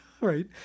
right